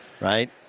Right